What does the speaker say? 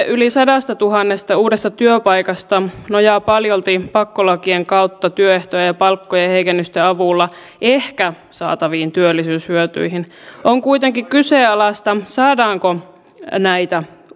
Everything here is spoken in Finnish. yli sadastatuhannesta uudesta työpaikasta nojaa paljolti pakkolakien kautta työehtojen ja palkkojen heikennysten avulla ehkä saataviin työllisyyshyötyihin on kuitenkin kyseenalaista saadaanko näitä